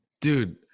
Dude